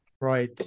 Right